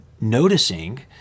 noticing